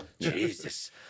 Jesus